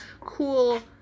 cool